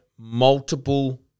multiple